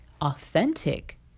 authentic